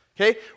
Okay